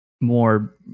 more